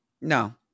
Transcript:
No